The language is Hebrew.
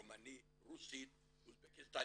רומנית, רוסית, אוזבקיסטנית,